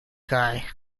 guy